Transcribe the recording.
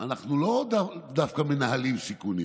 שאנחנו לאו דווקא מנהלים סיכונים,